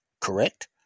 Correct